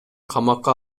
камакка